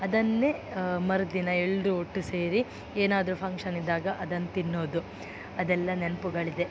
ಅದನ್ನೇ ಮರುದಿನ ಎಲ್ಲರೂ ಒಟ್ಟು ಸೇರಿ ಏನಾದ್ರೂ ಫಂಕ್ಷನ್ ಇದ್ದಾಗ ಅದನ್ನು ತಿನ್ನೋದು ಅದೆಲ್ಲ ನೆನಪುಗಳಿದೆ